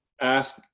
ask